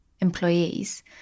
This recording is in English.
employees